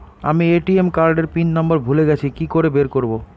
আমি ATM card এর pin number ভুলে গেছি কি করে বের করব?